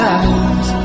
eyes